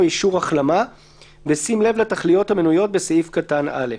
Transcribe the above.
אישור החלמה בשים לב לתכליות המנויות בסעיף קטן (א)".